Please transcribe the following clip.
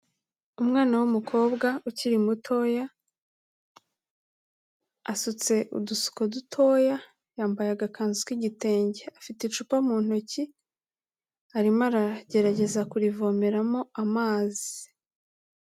Umwana w'umukobwa ukiri mutoya, asutse udusuko dutoya, yambaye agakanzu k'igitenge, afite icupa mu ntoki, arimo aragerageza kurivomeramo amazi.